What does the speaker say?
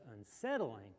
unsettling